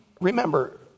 remember